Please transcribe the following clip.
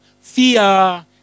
fear